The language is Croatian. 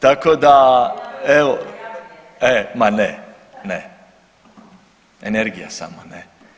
Tako da … [[Upadica se ne razumije.]] evo ma ne, ne, energija samo ne.